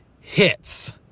hits